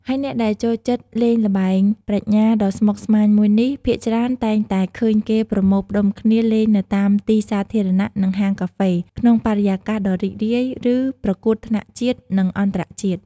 ហើយអ្នកដែលចូលចិត្តលេងល្បែងប្រាជ្ញាដ៏ស្មុគស្មាញមួយនេះ ភាគច្រើនតែងតែឃើញគេប្រមូលផ្តុំគ្នាលេងនៅតាមទីសាធារណៈ និងហាងកាហ្វេ ក្នុងបរិយាកាសដ៏រីករាយ ឬប្រកួតថ្នាក់ជាតិនិងអន្តរជាតិ។